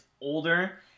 older